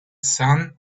sun